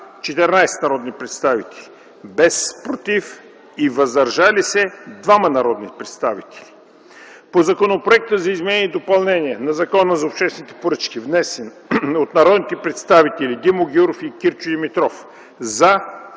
14 народни представители, без „против” и „въздържали се” – 2 народни представители; - по Законопроекта за изменение и допълнение на Закона за обществените поръчки, внесен от народните представители Димо Гяуров и Кирчо Димитров: